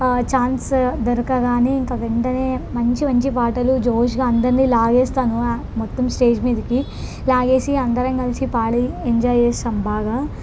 chance దొరకగానే ఇంక వెంటనే మంచి మంచి పాటలు జోష్గా అందరిని లాగేస్తాను మొత్తం స్టేజ్ మీదకి లాగేసి అందరం కలిసి పాడి ఎంజాయ్ చేస్తాం బాగా